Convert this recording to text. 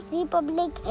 Republic